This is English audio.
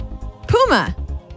Puma